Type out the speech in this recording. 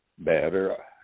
better